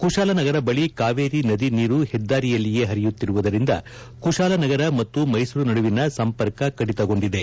ಕುತಾಲನಗರ ಬಳಿ ಕಾವೇರಿ ನದಿ ನೀರು ಹೆದ್ದಾರಿಯಲ್ಲಿಯೇ ಪರಿಯುತ್ತಿರುವುದರಿಂದ ಕುತಾಲನಗರ ಮತ್ತು ಮೈಸೂರು ನಡುವಿನ ಸಂಪರ್ಕ ಕಡಿತಗೊಂಡಿದೆ